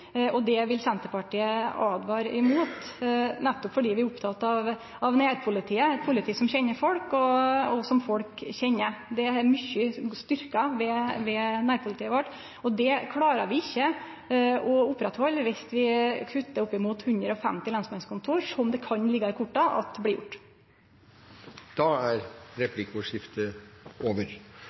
sentralisering. Det vil Senterpartiet åtvare imot, nettopp fordi vi er opptekne av nærpolitiet, eit politi som kjenner folk, og som folk kjenner. Det ligg mykje styrke i nærpolitiet vårt. Det klarer vi ikkje å halde ved lag viss vi kutter opp mot 150 lensmannskontor, som det kan liggje i korta at blir gjort. Replikkordskiftet er